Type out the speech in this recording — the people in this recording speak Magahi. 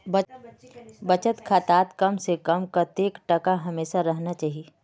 बचत खातात कम से कम कतेक टका हमेशा रहना चही?